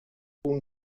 tun